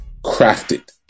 crafted